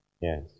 Yes